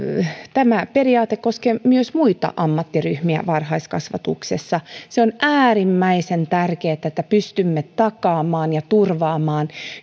tämä periaate koskee myös muita ammattiryhmiä varhaiskasvatuksessa se on äärimmäisen tärkeätä että pystymme takaamaan ja turvaamaan